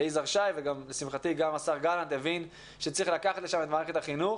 ויזהר שי ולשמחתי גם השר גלנט הבין שצריך לקחת לשם את מערכת החינוך,